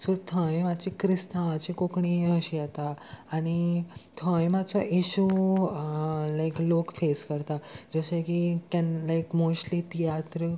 so थंय मातशी क्रिस्तांवाची कोंकणी अशी येता आनी थंय मातसो इशू लायक लोक फेस करता जशे की केन्ना लायक मोस्टली तियात्र